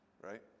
right